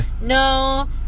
no